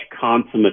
consummate